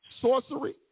sorcery